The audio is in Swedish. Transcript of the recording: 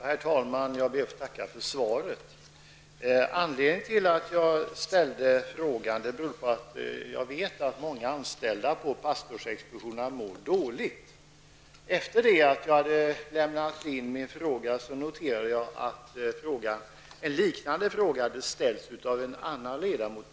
Herr talman! Jag ber att få tacka för svaret. Att jag ställde frågan beror på att jag vet att många anställda på pastorsexpeditionerna mår dåligt. Efter det att jag hade lämnat in min fråga noterade jag att en liknande fråga hade ställts av en annan ledamot.